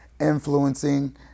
influencing